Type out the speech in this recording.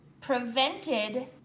prevented